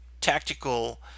tactical